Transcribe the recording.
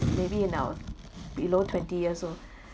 maybe in our below twenty years old